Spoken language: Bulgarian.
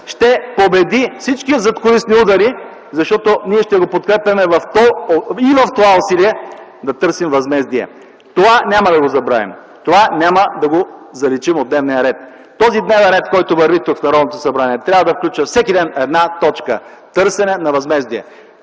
ще победи всички задкулисни удари, защото ние ще го подкрепяме и в това усилие – да търсим възмездие. Това няма да го забравим, това няма да го заличим от дневния ред. Този дневен ред, който върви тук, в Народното събрание, трябва да включва всеки ден една точка – търсене на възмездие.